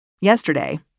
Yesterday